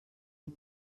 est